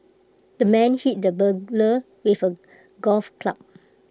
the man hit the burglar with A golf club